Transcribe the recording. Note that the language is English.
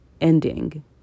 ending